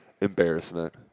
embarrassment